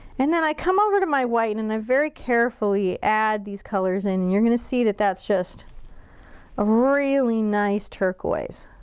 and then i come over to my white and i very carefully add these colors in. and and you're gonna see that that's just a really nice turquoise.